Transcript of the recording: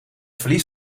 verlies